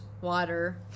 Water